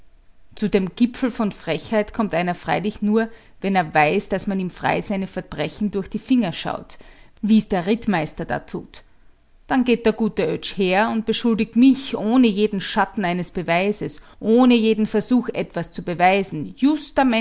zu dem gipfel von frechheit kommt einer freilich nur wenn er weiß daß man ihm frei seine verbrechen durch die finger schaut wie's der rittmeister da tut dann geht der gute oetsch her und beschuldigt mich ohne jeden schatten eines beweises ohne jeden versuch etwas zu beweisen